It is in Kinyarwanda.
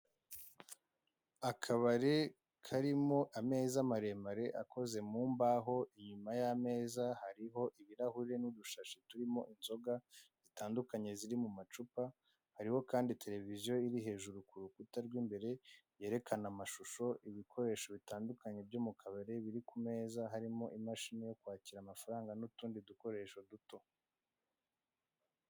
Akabari karimo ameza maremare akoze mu mbaho, inyuma y'ameza hariho ibirahuri n'udushashi turimo inzoga zitandukanye ziri mu macupa, hariho kandi televiziyo iri hejuru ku rukuta rw'imbere, yerekana amashusho, ibikoresho bitandukanye byo mu kabari biri ku meza, harimo imashini yo kwakira mafaranga n'utundi dukoresho duto.